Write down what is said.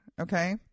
Okay